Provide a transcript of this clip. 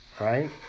Right